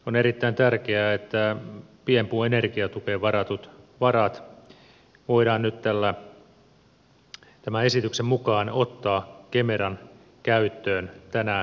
on erittäin tärkeää että pienpuun energiatukeen varatut varat voidaan nyt tämän esityksen mukaan ottaa kemeran käyttöön tänä vuonna